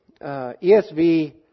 ESV